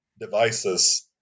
devices